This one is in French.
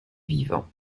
vivant